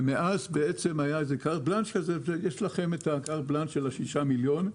מאז היה מעין קארט בלאנש יש לכם את הקארט בלאנש של 6 מיליון שקל.